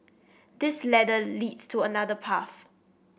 this ladder leads to another path